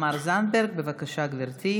אני נזכרתי בהורים שלי, בסבא וסבתא שלי.